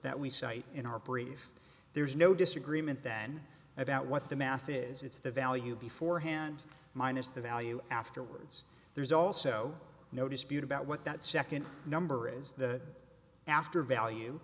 that we cite in our brief there's no disagreement than about what the math is it's the value before hand minus the value afterwards there's also no dispute about what that second number is the after value